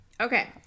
Okay